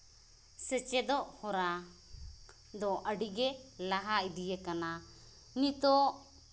ᱥᱮᱪᱮᱫᱚᱜ ᱦᱚᱨᱟ ᱫᱚ ᱟᱹᱰᱤᱜᱮ ᱞᱟᱦᱟ ᱤᱫᱤ ᱟᱠᱟᱱᱟ ᱱᱤᱛᱚᱜ